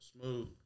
smooth